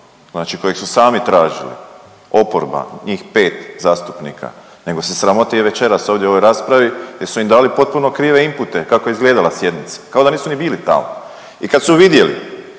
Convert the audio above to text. kojeg su sami tražili, oporba njih 5 zastupnika, nego se sramote i večeras ovdje u ovoj raspravi jer su im dali potpuno krive inpute kako je izgledala sjednica, kao da nisu ni bili tamo i kad su vidjeli